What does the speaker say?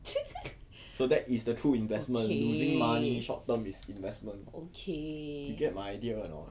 so that is the true investment losing money short term is investment you get my idea anot